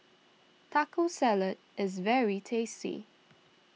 Taco Salad is very tasty